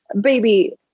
Baby